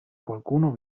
qualcuno